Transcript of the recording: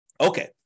Okay